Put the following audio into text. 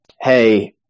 hey